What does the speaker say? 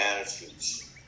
attitudes